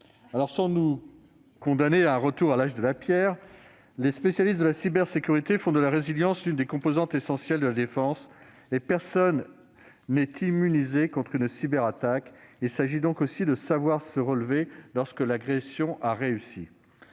... Sans nous condamner à un retour à l'âge de pierre, les spécialistes de la cybersécurité font de la résilience l'une des composantes essentielles de la défense. En effet, personne n'étant immunisé contre une cyberattaque, il s'agit de savoir se relever lorsque l'agression a réussi.